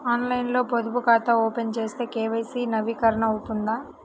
ఆన్లైన్లో పొదుపు ఖాతా ఓపెన్ చేస్తే కే.వై.సి నవీకరణ అవుతుందా?